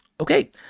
Okay